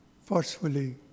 forcefully